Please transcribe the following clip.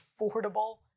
affordable